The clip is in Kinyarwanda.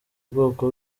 bwoko